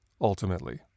ultimately